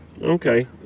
Okay